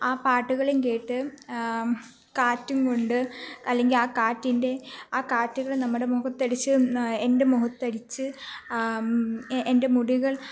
ആ പാട്ടുകളും കേട്ട് കാറ്റും കൊണ്ട് അല്ലെങ്കിൽ ആ കാറ്റിൻ്റെ ആ കാറ്റുകൾ നമ്മുടെ മുഖത്തടിച്ച് എൻ്റെ മുഖത്ത് അടിച്ചു എൻ്റെ മുടികൾ